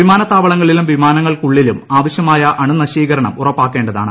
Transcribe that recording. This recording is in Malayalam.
വിമാനത്താവളങ്ങളിലും വിമാനങ്ങൾക്കുള്ളിലും ആവശ്യമായ അണുനശീകരണം ഉറപ്പാക്കേണ്ടതാണ്